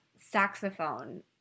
saxophone